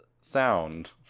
sound